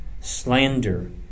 slander